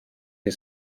die